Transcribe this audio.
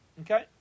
Okay